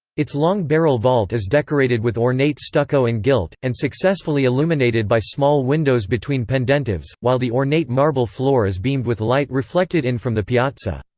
its long barrel vault is decorated with ornate stucco and gilt, and successfully illuminated by small windows between pendentives, while the ornate marble floor is beamed with light reflected in from the piazza.